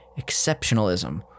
exceptionalism